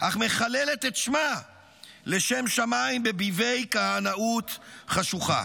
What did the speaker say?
אך מחללת את שמה לשם שמיים בביבי כהנאוּת חשוכה.